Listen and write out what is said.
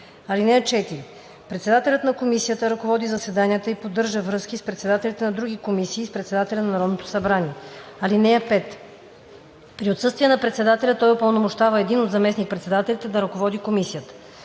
(4) Председателят на комисията ръководи заседанията и поддържа връзки с председателите на другите комисии и с председателя на Народното събрание. (5) При отсъствие на председателя той упълномощава един от заместник-председателите да ръководи комисията.